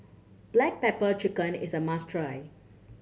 black pepper chicken is a must try